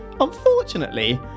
Unfortunately